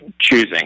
choosing